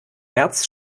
märz